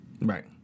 Right